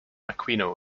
aquino